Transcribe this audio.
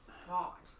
fought